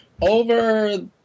over